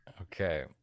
Okay